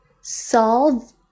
solve